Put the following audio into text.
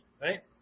right